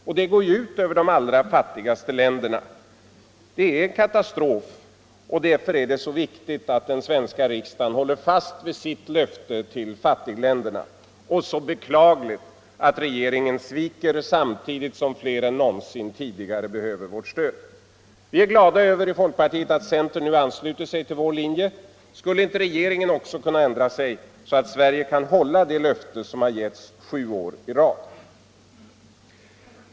Och det går ut över de allra fattigaste länderna. Det är katastrof, och därför är det så viktigt att den svenska riksdagen håller fast vid sitt löfte till fattigländerna och så beklagligt att regeringen sviker — samtidigt som fler än någonsin tidigare behöver vårt stöd. Vi i folkpartiet är glada över att centern nu ansluter sig till vår linje. Skulle inte regeringen också kunna ändra sig, så att Sverige kan hålla det löfte som har getts sju år i rad?